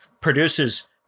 produces